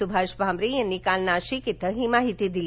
सुभाष भामरे यांनी काल नाशिक इथं ही माहिती दिली